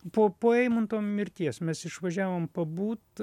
po po eimunto mirties mes išvažiavom pabūt